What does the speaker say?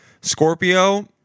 Scorpio